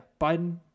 Biden